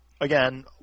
again